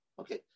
Okay